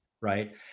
right